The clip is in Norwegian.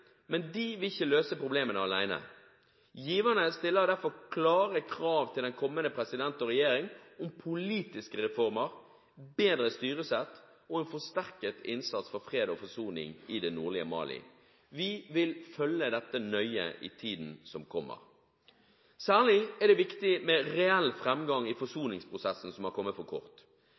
men de vil ikke løse problemene alene. Giverne stiller derfor klare krav til den kommende president og regjering om politiske reformer, bedre styresett og en forsterket innsats for fred og forsoning i det nordlige Mali. Vi vil følge dette nøye i tiden som kommer. Særlig er det viktig med reell framgang i forsoningsprosessen, som har kommet for kort.